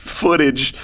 footage